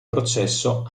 processo